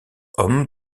hommes